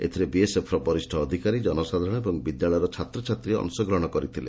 ଏଥିରେ ବିଏସଏଫର ବରିଷ ଅଧିକାରୀ ଜନସାଧାରଣ ଓ ବିଦ୍ୟାଳୟର ଛାତ୍ରଛାତ୍ରୀମାନେ ଅଂଶ ଗ୍ରହଶ କରିଥିଲେ